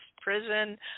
prison